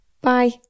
Bye